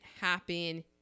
happen